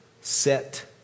set